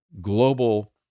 global